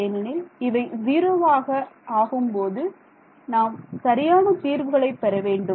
ஏனெனில் இவை ஜீரோவாக ஆகும்போது நாம் சரியான தீர்வுகளை பெற வேண்டும்